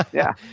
yeah.